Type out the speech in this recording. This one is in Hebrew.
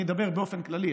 אני אדבר באופן כללי,